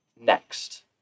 Next